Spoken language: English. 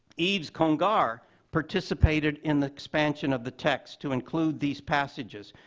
yves congar participated in the expansion of the text to include these passages,